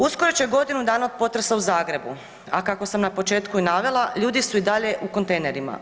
Uskoro će godinu dana od potresa u Zagrebu, a kako sam na početku i navela, ljudi su i dalje u kontejnerima.